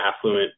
affluent